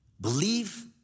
Believe